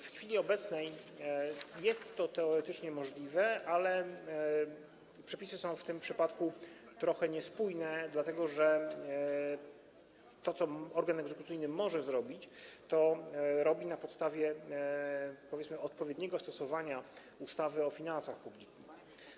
W chwili obecnej jest to teoretycznie możliwe, ale przepisy są w tym przypadku trochę niespójne, dlatego że to, co organ egzekucyjny może zrobić, to robi na podstawie, powiedzmy, odpowiedniego stosowania ustawy o finansach publicznych.